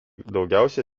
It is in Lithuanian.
daugiausia